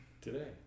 today